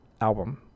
album